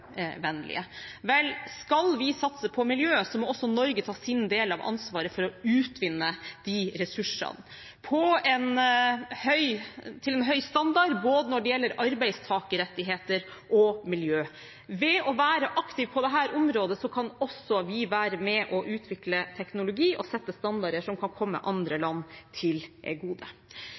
Vel, skal vi satse på miljø, må også Norge ta sin del av ansvaret for å utvinne de ressursene til en høy standard både når det gjelder arbeidstakerrettigheter og miljø. Ved å være aktiv på dette området kan også vi være med og utvikle teknologi og sette standarder som kan komme andre land til gode.